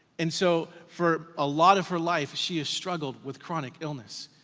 and so for a lot of her life, she has struggled with chronic illness.